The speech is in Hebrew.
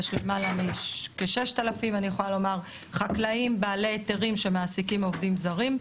יש למעלה מ-6,000 חקלאים בעלי היתרים שמעסיקים עובדים זרים.